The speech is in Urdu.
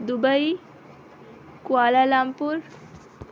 Dubai Kuala Lumpur